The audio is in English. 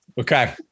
Okay